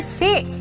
six